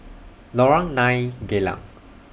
Lorong nine Geylang